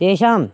तेषाम्